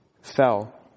fell